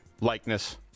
likeness